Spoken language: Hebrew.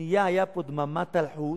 השנייה היתה פה דממת אלחוט.